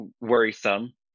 worrisome